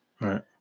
Right